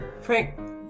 Frank